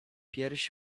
pierś